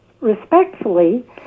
respectfully